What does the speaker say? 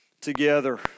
together